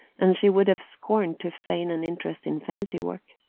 and she would have scorned to feign an interest in fancywork.